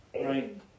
Right